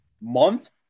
month